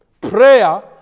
Prayer